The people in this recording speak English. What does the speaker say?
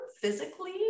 physically